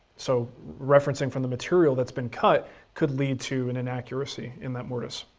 so referencing from the material that's been cut could lead to an inaccuracy in that mortise.